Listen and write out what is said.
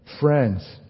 Friends